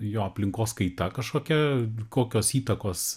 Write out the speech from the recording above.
jo aplinkos kaita kažkokia kokios įtakos